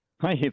Hi